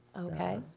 Okay